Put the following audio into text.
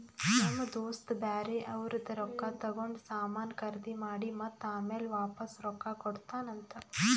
ನಮ್ ದೋಸ್ತ ಬ್ಯಾರೆ ಅವ್ರದ್ ರೊಕ್ಕಾ ತಗೊಂಡ್ ಸಾಮಾನ್ ಖರ್ದಿ ಮಾಡಿ ಮತ್ತ ಆಮ್ಯಾಲ ವಾಪಾಸ್ ರೊಕ್ಕಾ ಕೊಡ್ತಾನ್ ಅಂತ್